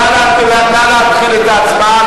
נא להתחיל את ההצבעה,